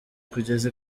kugeza